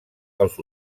els